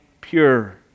pure